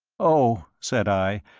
oh, said i,